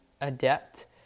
adept